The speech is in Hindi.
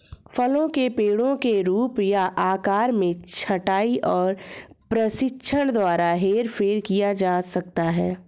फलों के पेड़ों के रूप या आकार में छंटाई और प्रशिक्षण द्वारा हेरफेर किया जा सकता है